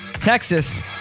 Texas